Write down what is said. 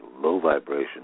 low-vibration